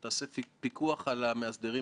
כפי